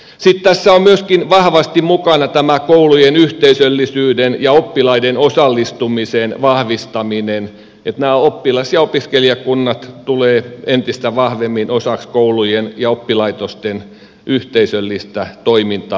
sitten tässä on myöskin vahvasti mukana tämä koulujen yhteisöllisyyden ja oppilaiden osallistumisen vahvistaminen siten että nämä oppilas ja opiskelijakunnat tulevat entistä vahvemmin osaksi koulujen ja oppilaitosten yhteisöllistä toimintakulttuuria